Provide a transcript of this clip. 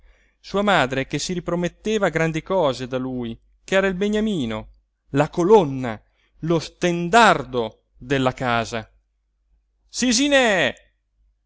sua madre che si riprometteva grandi cose da lui ch'era il beniamino la colonna lo stendardo della casa sisiné